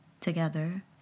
together